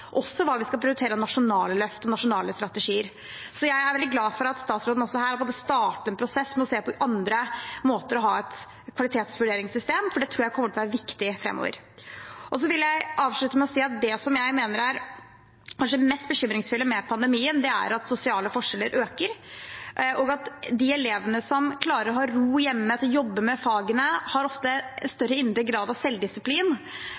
også hva vi skal prioritere av nasjonale løft og nasjonale strategier. Jeg er veldig glad for at statsråden vil starte en prosess med å se på andre måter å ha et kvalitetsvurderingssystem på, for det tror jeg kommer til å bli viktig framover. Jeg vil avslutte med å si at det jeg mener kanskje er det mest bekymringsfulle med pandemien, er at sosiale forskjeller øker. De elevene som klarer å ha ro hjemme til å jobbe med fagene, har ofte større grad av selvdisiplin